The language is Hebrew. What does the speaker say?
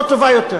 לא טובה יותר.